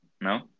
No